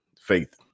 faith